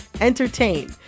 entertain